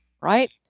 right